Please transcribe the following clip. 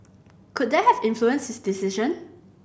could that have influenced his decision